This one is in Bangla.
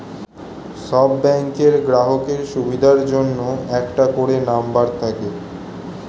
সব ব্যাংকের গ্রাহকের সুবিধার জন্য একটা করে নম্বর থাকে